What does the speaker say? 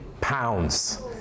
pounds